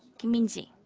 kim min-ji,